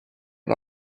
but